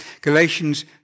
Galatians